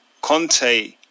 Conte